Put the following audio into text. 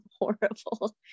horrible